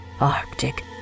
Arctic